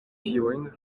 tiujn